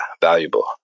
valuable